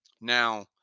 now